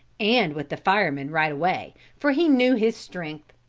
and with the firemen right away, for he knew his strength.